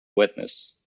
witness